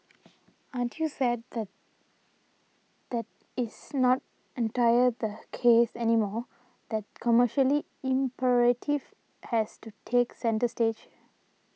aren't you sad that that is not entirely the case anymore that commercial imperative has to take centre stage